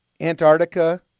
Antarctica